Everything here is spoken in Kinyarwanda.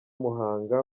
muhanga